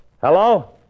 Hello